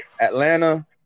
Atlanta